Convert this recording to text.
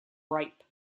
ripe